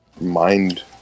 mind